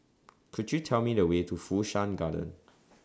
Could YOU Tell Me The Way to Fu Shan Garden